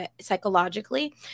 psychologically